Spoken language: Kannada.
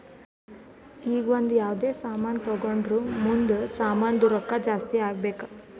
ಈಗ ಒಂದ್ ಯಾವ್ದೇ ಸಾಮಾನ್ ತೊಂಡುರ್ ಮುಂದ್ನು ಸಾಮಾನ್ದು ರೊಕ್ಕಾ ಜಾಸ್ತಿ ಆಗ್ಬೇಕ್